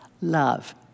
love